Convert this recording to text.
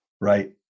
Right